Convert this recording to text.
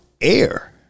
air